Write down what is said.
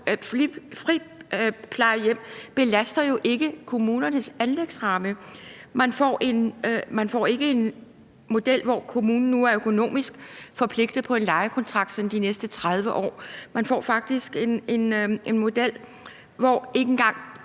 friplejehjem belaster ikke kommunernes anlægsramme. Man får ikke en model, hvor kommunen nu er økonomisk forpligtet på en lejekontrakt sådan de næste 30 år. Man får faktisk en model, hvor ikke engang